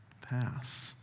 pass